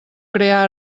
crear